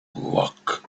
luck